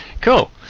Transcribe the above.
Cool